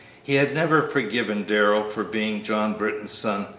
he had never forgiven darrell for being john britton's son,